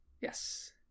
yes